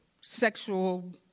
sexual